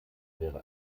wäre